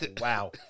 Wow